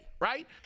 Right